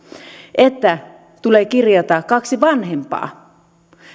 että tulee kirjata kaksi vanhempaa